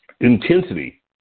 Intensity